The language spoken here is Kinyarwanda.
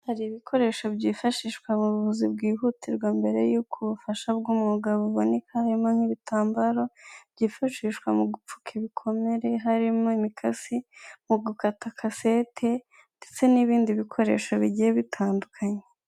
Hari ibikoresho byifashishwa mu buvuzi bwihutirwa mbere y'uko ubufasha bw'umwuga buboneka, harimo nk'ibitambaro byifashishwa mu gupfuka ibikomere, harimo imikasi mu gukata kasete ndetse n'ibindi bikoresho bigiye bitandukanye.